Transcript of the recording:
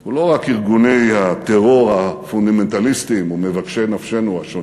הוא לא רק ארגוני הטרור הפונדמנטליסטיים ומבקשי נפשנו השונים,